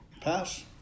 Pass